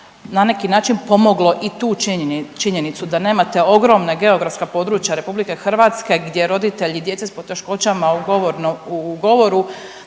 na neki način pomoglo i tu činjenicu da nemate ogromna geografska područja RH gdje roditelji djece s poteškoćama u govoru